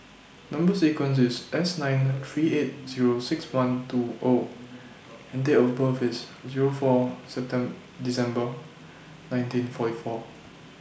Number sequence IS S nine three eight Zero six one two O and Date of birth IS Zero four December nineteen forty four